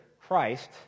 Christ